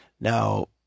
Now